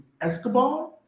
Escobar